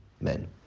men